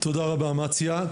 תודה רבה אמציה.